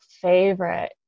Favorite